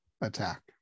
attack